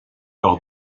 par